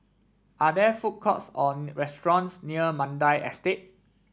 are there food courts or restaurants near Mandai Estate